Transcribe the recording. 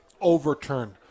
overturned